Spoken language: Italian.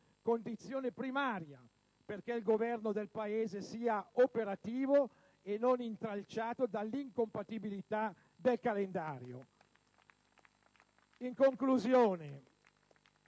condizione primaria perché il Governo del Paese sia operativo e non intralciato dall'incompatibilità del calendario. In conclusione,